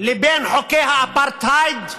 לבין חוקי האפרטהייד מתבקשת,